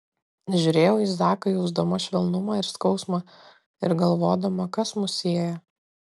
žiūrėjau į zaką jausdama švelnumą ir skausmą ir galvodama kas mus sieja